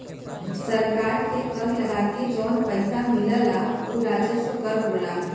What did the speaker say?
सरकार के कर लगा के जौन पइसा मिलला उ राजस्व कर होला